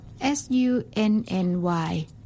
S-U-N-N-Y